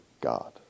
God